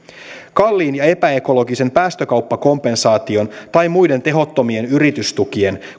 kalliin ja epäekologisen päästökauppakompensaation tai muiden tehottomien yritystukien